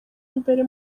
imbere